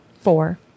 Four